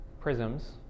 prisms